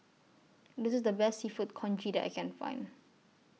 This IS The Best Seafood Congee that I Can Find